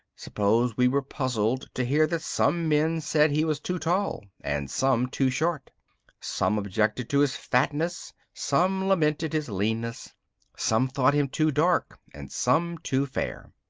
suppose we were puzzled to hear that some men said he was too tall and some too short some objected to his fatness, some lamented his leanness some thought him too dark, and some too fair.